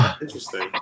Interesting